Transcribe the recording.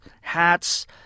hats